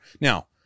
Now